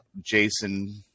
Jason